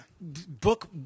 book